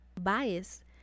bias